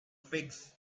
figs